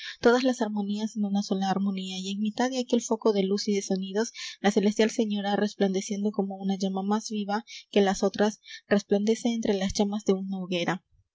todas las armonías en una sola armonía y en mitad de aquel foco de luz y de sonidos la celestial señora resplandeciendo como una llama más viva que las otras resplandece entre las llamas de una hoguera